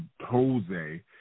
Jose